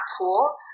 pool